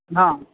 હા